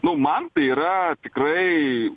nu man tai yra tikrai